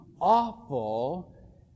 awful